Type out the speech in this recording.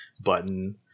button